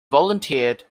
volunteered